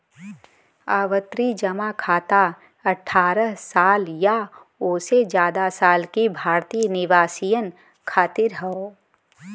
आवर्ती जमा खाता अठ्ठारह साल या ओसे जादा साल के भारतीय निवासियन खातिर हौ